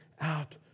out